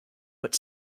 but